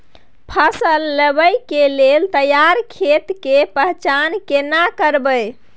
फसल लगबै के लेल तैयार खेत के पहचान केना करबै?